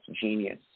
genius